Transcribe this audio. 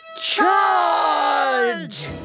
Charge